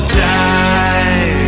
die